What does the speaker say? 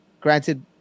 granted